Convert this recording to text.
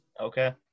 okay